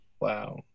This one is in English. wow